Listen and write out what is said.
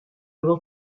will